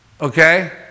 okay